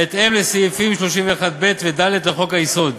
בהתאם לסעיפים 31(ב) ו-(ד) לחוק-היסוד.